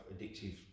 addictive